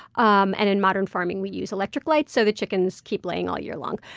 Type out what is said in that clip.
um and in modern farming we use electric light, so the chickens keep laying all year long.